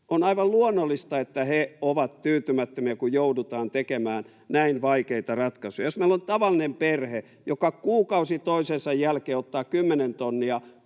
On aivan luonnollista, että he ovat tyytymättömiä, kun joudutaan tekemään näin vaikeita ratkaisuja. Jos meillä on tavallinen perhe, joka kuukausi toisensa jälkeen ottaa kymmenen